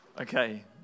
Okay